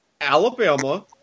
Alabama